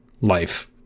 life